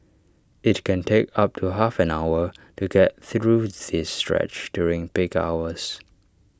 IT can take up to half an hour to get through the stretch during peak hours